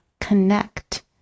connect